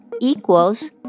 equals